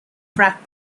crack